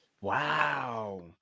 Wow